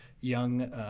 young